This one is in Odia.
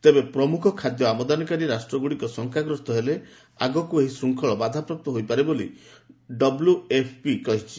ତେବେ ପ୍ରମୁଖ ଖାଦ୍ୟ ଆମଦାନୀକାରୀ ରାଷ୍ଟ୍ରଗୁଡ଼ିକ ଶଙ୍କାଗ୍ରସ୍ତ ହେଲେ ଆଗକୁ ଏହି ଶୃଙ୍ଖଳ ବାଧାପ୍ରାପ୍ତ ହୋଇପାରେ ବୋଲି ଡବ୍ଲ୍ୟଏଫ୍ପି କହିଛି